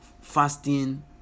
fasting